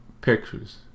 pictures